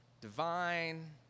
divine